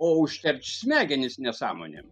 o užteršt smegenis nesąmonėm